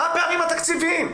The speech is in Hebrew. מה הפערים התקציביים?